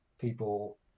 people